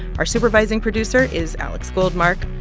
our supervising producer is alex goldmark.